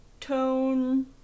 tone